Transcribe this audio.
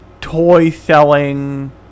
toy-selling